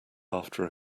after